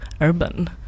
urban